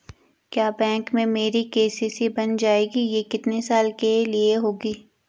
क्या बैंक में मेरी के.सी.सी बन जाएगी ये कितने साल के लिए होगी?